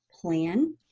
plan